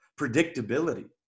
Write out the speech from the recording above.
predictability